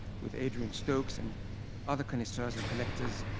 with adrian stokes and other connoisseurs and collectors,